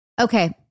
Okay